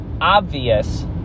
obvious